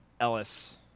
Ellis